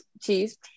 cheese